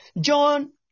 John